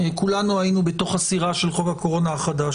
כולנו היינו בתוך הסירה של חוק הקורונה החדש,